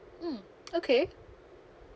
mm okay